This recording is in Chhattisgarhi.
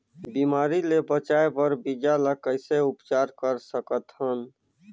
बिमारी ले बचाय बर बीजा ल कइसे उपचार कर सकत हन?